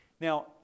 Now